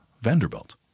Vanderbilt